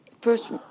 first